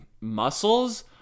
muscles